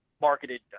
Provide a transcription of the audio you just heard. marketed